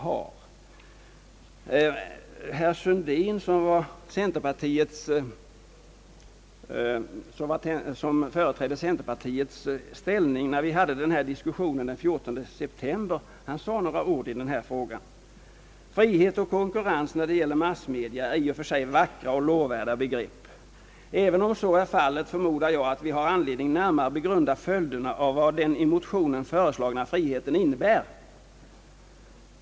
Herr Sundin, som företrädde centerpartiet när vi diskuterade detta den 14 december 1966, sade också några ord i frågan: »Frihet och konkurrens när det gäller massmedia är i och för sig vackra och lovvärda begrepp. Även om så är fallet förmodar jag att vi har anledning närmare begrunda följderna av vad den i motionerna föreslagna friheten innebär.